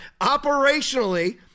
operationally